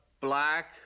Black